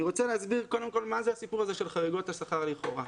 אני רוצה להסביר מה זה הסיפור הזה של חריגות השכר לכאורה